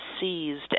seized